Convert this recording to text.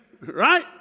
Right